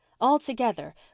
Altogether